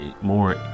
more